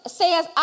says